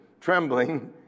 trembling